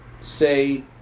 say